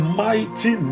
mighty